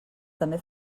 també